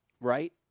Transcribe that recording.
right